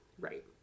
Right